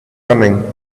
running